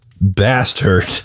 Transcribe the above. Bastard